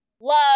love